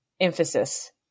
emphasis